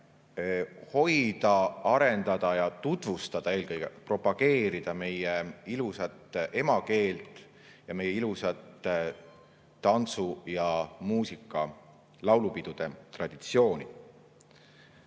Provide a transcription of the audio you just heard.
hoida, arendada ja tutvustada eelkõige, propageerida meie ilusat emakeelt ning meie ilusat tantsu‑ ja muusika‑, laulupidude traditsiooni.